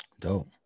Dope